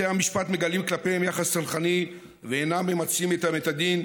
בתי המשפט מגלים כלפיהם יחס סלחני ואינם ממצים איתם את הדין,